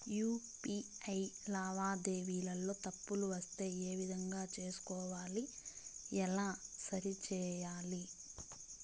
UPI లావాదేవీలలో తప్పులు వస్తే ఏ విధంగా తెలుసుకోవాలి? ఎలా సరిసేయాలి?